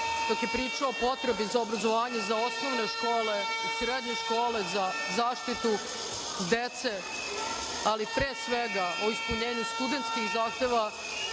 dok je pričao o potrebi za obrazovanjem za osnovne škole i srednje škole, za zaštitu dece, ali pre svega o ispunjenju studentskih zahteva,